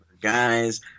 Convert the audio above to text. guys